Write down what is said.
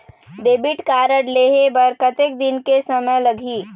Debit card लेहे बर कतेक दिन के समय लगही?